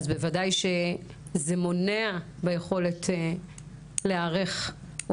אז בוודאי שזה מונע ביכולת להיערך או